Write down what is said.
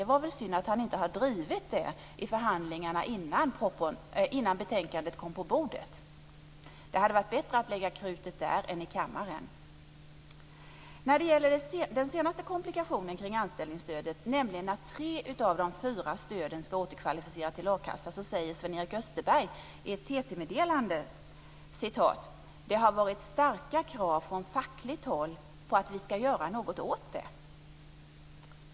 Det är väl synd att han inte drivit det i förhandlingarna innan betänkandet kom på bordet. Det hade varit bättre att lägga krutet där än i kammaren. När det gäller den senaste komplikationen kring anställningsstödet, nämligen att tre av de fyra stöden ska återkvalificera till a-kassa, säger Sven-Erik Österberg i ett TT-meddelande: "Det har varit starka krav från fackligt håll på att vi ska göra något åt det."